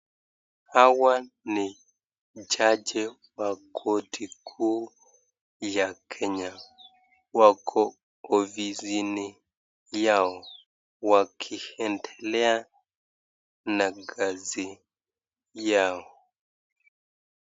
Hawa ni jaji wa koti kuu ya Kenya. Wako ofisini yao wakiendelea na kazi yao.